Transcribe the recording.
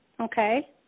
Okay